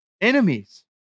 enemies